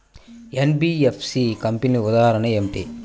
NBFC కంపెనీల ఉదాహరణ ఏమిటి?